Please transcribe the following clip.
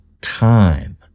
time